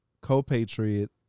co-patriot